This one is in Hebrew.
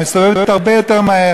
היא מסתובבת הרבה יותר מהר.